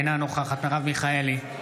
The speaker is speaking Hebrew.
אינה נוכחת מרב מיכאלי,